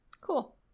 cool